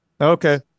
Okay